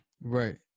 Right